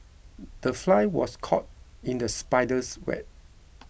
the fly was caught in the spider's web